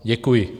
Děkuji.